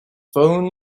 phone